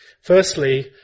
Firstly